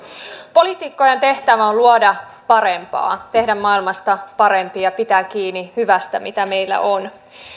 poliitikkojen tehtävä on luoda parempaa tehdä maailmasta parempi ja pitää kiinni hyvästä mitä meillä on